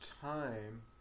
time